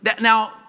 Now